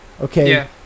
Okay